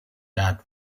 that